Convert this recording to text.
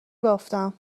بافتم